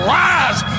rise